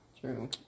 True